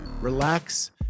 relax